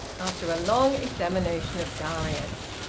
after a long examination of darius.